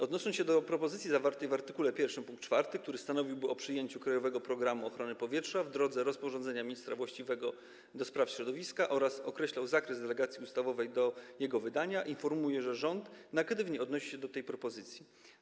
Odnosząc się do propozycji zawartej w art. 1 pkt 4, który stanowiłby o przyjęciu „Krajowego programu ochrony powietrza” w drodze rozporządzenia ministra właściwego do spraw środowiska oraz określał zakres delegacji ustawowej do jego wydania, informuję, że rząd negatywnie odnosi się do tej propozycji.